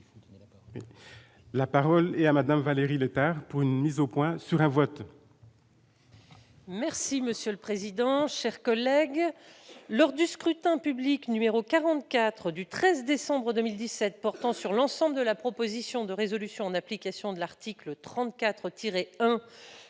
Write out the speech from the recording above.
La parole est à madame Valérie Létard, pour une mise au point sur un vote. Merci monsieur le président, chers collègues, lors du scrutin public numéro 44 du 13 décembre 2017 portant sur l'ensemble de la proposition de résolution en application de l'article 34